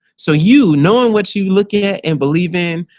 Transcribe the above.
so you know, on what you look at and believe in,